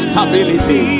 Stability